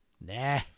nah